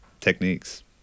techniques